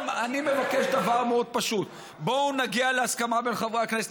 אני מבקש דבר מאוד פשוט: בואו נגיע להסכמה בין חברי הכנסת.